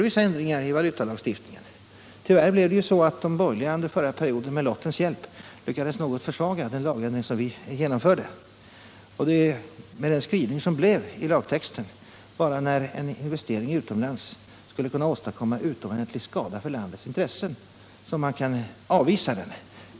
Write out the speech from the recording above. Vissa ändringar av valutalagstiftningen har genomförts, men tyvärr blev det ju så att de borgerliga under förra valperioden med lottens hjälp lyckades något försvaga den lagändring som vi önskade genomföra. Med den skrivning av lagtexten som riksdagen antog är det bara när en investering utomlands skulle kunna åstadkomma utomordentlig skada för vårt lands intressen som man kan avvisa den.